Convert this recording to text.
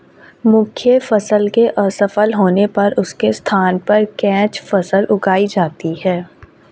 मुख्य फसल के असफल होने पर उसके स्थान पर कैच फसल उगाई जाती है